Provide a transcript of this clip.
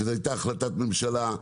שזו הייתה החלטת ממשלה,